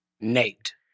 nate